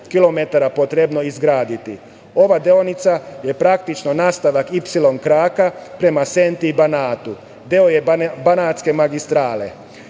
Ova deonica je praktično nastavak ipsilon kraka prema Senti i Banatu. Deo je Banatske magistrale. Dalje,